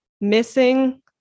missing